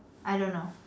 I don't know